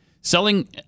Selling